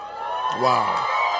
wow